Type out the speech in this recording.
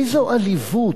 איזו עליבות.